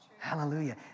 Hallelujah